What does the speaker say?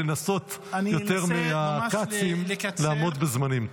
לנסות יותר מהכצים לעמוד בזמנים.